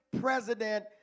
president